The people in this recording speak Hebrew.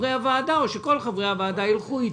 שחברי הוועדה ילכו איתי.